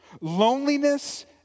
loneliness